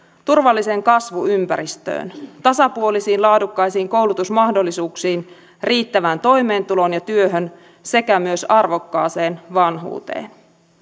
turvalliseen kasvuympäristöön tasapuolisiin ja laadukkaisiin koulutusmahdollisuuksiin riittävään toimeentuloon ja työhön sekä myös arvokkaaseen vanhuuteen